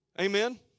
Amen